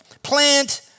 Plant